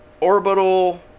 Orbital